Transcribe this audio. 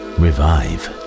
revive